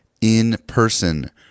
in-person